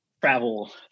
travel